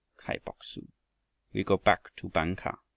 kai bok-su we go back to bang-kah.